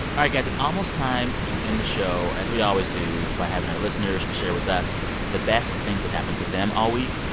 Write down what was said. all right, guys. it's almost time to end the show, as we always do, by having our listeners share with us the best things that happened to them all week.